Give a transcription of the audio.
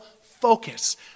focus